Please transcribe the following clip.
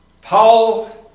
Paul